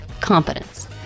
competence